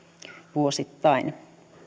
vuosittain